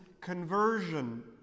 conversion